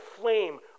flame